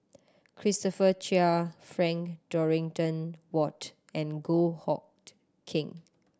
Christopher Chia Frank Dorrington Ward and Goh Hood Keng